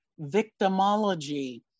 victimology